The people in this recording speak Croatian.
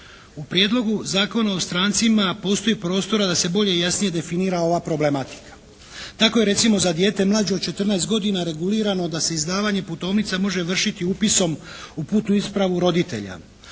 U prijedlogu Zakona o strancima postoji prostora da se bolje i jasnije definira ova problematika. Tako je recimo za dijete mlađe od 14 godina regulirano da se izdavanje putovnica može vršiti upisom u putnu ispravu roditelja,